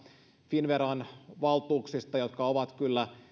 finnveran valtuuksista jotka ovat kyllä